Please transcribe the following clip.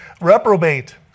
Reprobate